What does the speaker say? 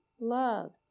Love